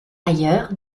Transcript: ailleurs